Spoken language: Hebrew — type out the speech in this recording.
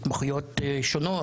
התמחויות שונות,